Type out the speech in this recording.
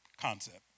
concept